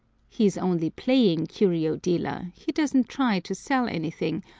he is only playing curio-dealer he doesn't try to sell anything,